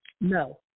No